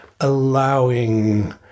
allowing